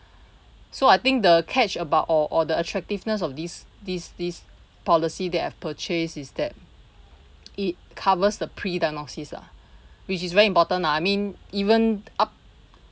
so I think the catch about or or the attractiveness of this this this policy that I've purchased is that it covers the pre diagnosis lah which is very important ah I mean even up